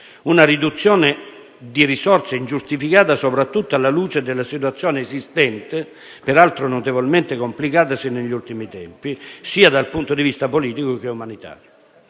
Una riduzione di risorse ingiustificata, soprattutto alla luce della situazione esistente, peraltro notevolmente complicatasi negli ultimi tempi, sia dal punto di vista politico che umanitario.